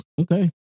Okay